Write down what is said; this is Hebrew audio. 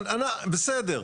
בסדר,